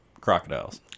crocodiles